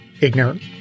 ignorant